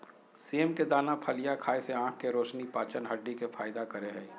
सेम के दाना फलियां खाय से आँख के रोशनी, पाचन, हड्डी के फायदा करे हइ